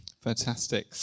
Fantastic